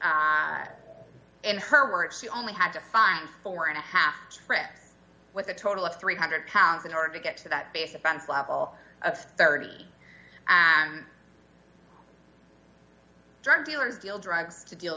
in her words she only had to find four and a half trips with a total of three hundred dollars pounds in order to get to that base offense level of thirty and drug dealers deal drugs to deal